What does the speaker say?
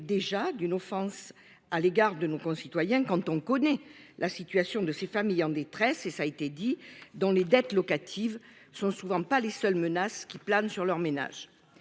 déjà d'une offense à l'égard de nos concitoyens. Quand on connaît la situation de ces familles en détresse et ça a été dit dans les dettes locatives sont souvent pas les seuls menace qui plane sur leur ménage